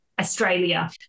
Australia